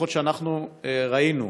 לפחות שאנחנו ראינו,